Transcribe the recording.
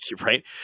Right